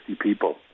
people